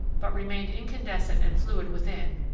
but remained incandescent and fluid within,